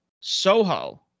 Soho